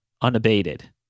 unabated